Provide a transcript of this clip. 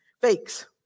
Fakes